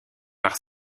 par